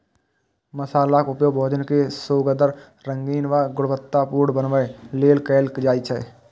मसालाक उपयोग भोजन कें सुअदगर, रंगीन आ गुणवतत्तापूर्ण बनबै लेल कैल जाइ छै